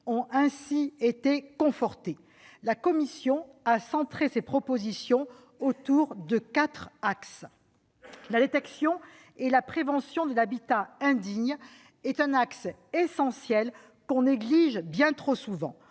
ont ainsi été confortées. La commission a centré ses propositions autour de quatre axes. La détection et la prévention de l'habitat indigne constituent un axe essentiel que l'on néglige bien trop souvent.